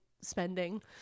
spending